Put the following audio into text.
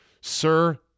sir